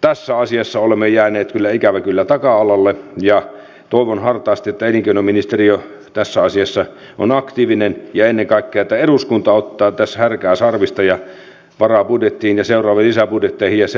tässä asiassa olemme jääneet ikävä kyllä taka alalle ja toivon hartaasti että elinkeinoministeriö tässä asiassa on aktiivinen ja ennen kaikkea että eduskunta ottaa tässä härkää sarvista ja varaa rahaa budjettiin ja seuraaviin lisäbudjetteihin ja